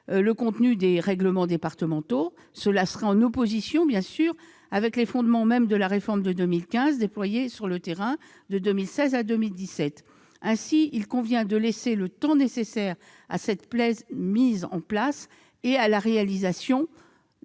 le contenu des règlements départementaux. Cela serait évidemment en opposition avec les fondements mêmes de la réforme de 2015, déployés sur le terrain de 2016 à 2017. Il convient de laisser le temps nécessaire à cette mise en place et à la réalisation